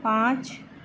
पाँच